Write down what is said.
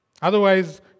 Otherwise